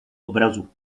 obrazu